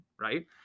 Right